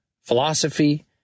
philosophy